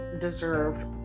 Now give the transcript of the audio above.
deserved